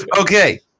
okay